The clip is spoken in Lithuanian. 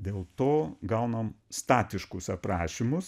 dėl to gaunam statiškus aprašymus